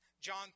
John